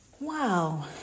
Wow